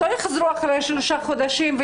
לא יחזרו אחרי שלושה חודשים,